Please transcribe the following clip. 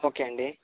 okay అండి